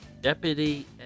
deputy